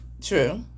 True